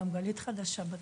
גם גלית חדשה בתחום.